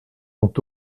ont